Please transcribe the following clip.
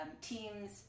teams